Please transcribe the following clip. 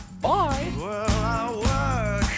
Bye